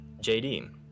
JD